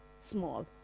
small